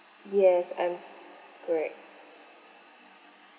yes I'm correct